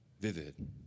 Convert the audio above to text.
vivid